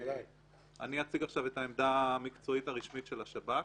אני אציג את העמדה המקצועית הרשמית של השב"כ.